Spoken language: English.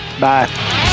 bye